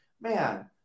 man